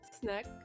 snack